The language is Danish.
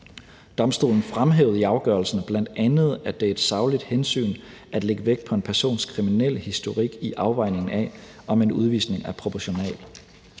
Domstolen fremhævede i afgørelsen bl.a., at det er et sagligt hensyn at lægge vægt på en persons kriminelle historik i afvejningen af, om en udvisning er proportional.